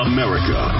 America